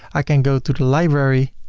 i can go to the library,